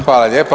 Hvala lijepa.